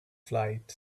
flight